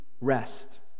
rest